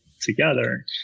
together